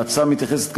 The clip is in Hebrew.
ההצעה מתייחסת,